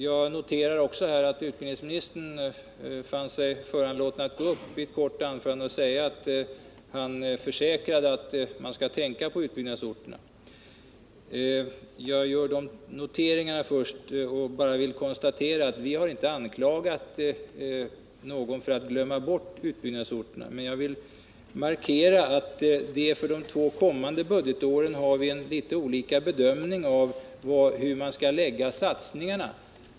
Jag har också noterat att utbildningsministern fann sig föranlåten att i ett kort anförande försäkra att man skall tänka på utbyggnadsorterna. Efter att ha gjort dessa konstateranden vill jag bara framhålla att vi inte har anklagat någon för att glömma bort utbyggnadsorterna. Men jag vill markera att vi för de kommande budgetåren gör litet olika bedömning av hur man skall lägga satsningen.